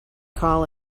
call